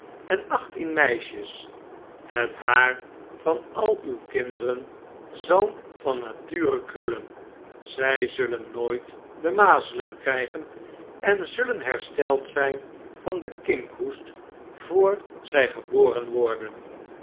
en achttien meisjes het haar van al uw kinderen zal van nature krullen zij zullen nooit de mazelen krfjgen en zullen hersteld zjjn van den kinkhoest voor zg geboren worden